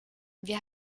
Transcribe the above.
wir